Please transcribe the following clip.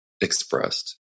expressed